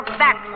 back